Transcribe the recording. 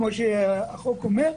כמו שהחוק אומר,